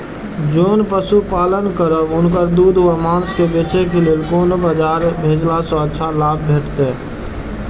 जोन पशु पालन करब उनकर दूध व माँस के बेचे के लेल कोन बाजार भेजला सँ अच्छा लाभ भेटैत?